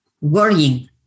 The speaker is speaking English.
worrying